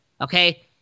Okay